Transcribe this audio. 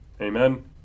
Amen